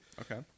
Okay